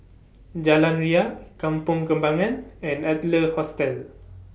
Jalan Ria Kampong Kembangan and Adler Hostel